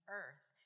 earth